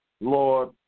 Lord